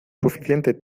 suficiente